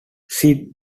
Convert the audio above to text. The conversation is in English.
sit